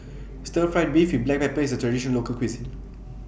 Stir Fried Beef with Black Pepper IS A Traditional Local Cuisine